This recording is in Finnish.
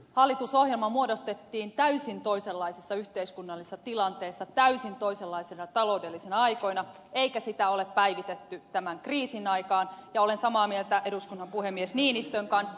hallitusohjelma muodostettiin täysin toisenlaisessa yhteiskunnallisessa tilanteessa täysin toisenlaisina taloudellisina aikoina eikä sitä ole päivitetty tämän kriisin aikaan ja olen samaa mieltä eduskunnan puhemies niinistön kanssa